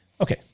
okay